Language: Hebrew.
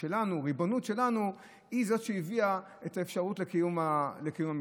שלו על הריבונות שלנו היא זאת שהביאה את האפשרות לקיום המצעד.